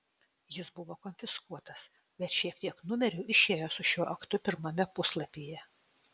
jis buvo konfiskuotas bet šiek tiek numerių išėjo su šiuo aktu pirmame puslapyje